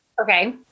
Okay